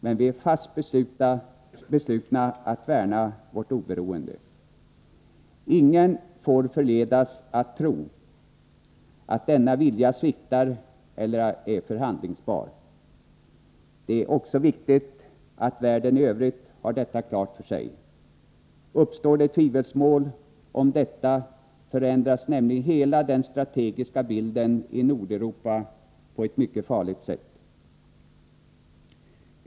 Men vi är fast beslutna att värna vårt oberoende. Ingen får förledas att tro att denna vilja sviktar eller är förhandlingsbar. Det är också viktigt att världen i övrigt har detta klart för sig. Uppstår tvivelsmål här förändras nämligen hela den strategiska bilden i Nordeuropa på ett mycket farligt sätt.